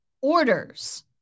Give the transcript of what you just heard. orders